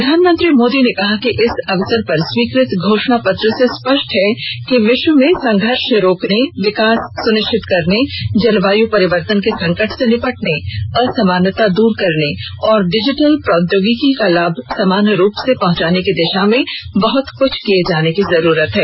प्रधानमंत्री मोदी ने कहा कि इस अवसर पर स्वीकृत घोषणापत्र से स्पष्ट है कि विश्व में संघर्ष रोकने विकास सुनिश्चित करने जलवायु परिवर्तन के संकट से निपटने असामनता दूर करने और डिजिटल प्रौद्योगिकी का लाभ समान रूप से पहुंचाने की दिशा में बहुत कुछ किये जाने की जरूरत है